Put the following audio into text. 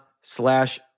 slash